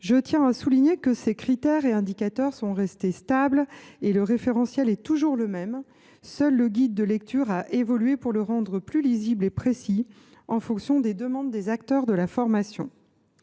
Je tiens à souligner que les critères et indicateurs sont restés stables ; le référentiel est toujours le même. Seul le guide de lecture a évolué, de manière à être plus lisible et précis en fonction des demandes des acteurs de la formation.